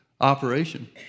operation